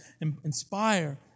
inspire